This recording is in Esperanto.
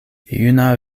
juna